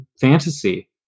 fantasy